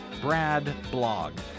Bradblog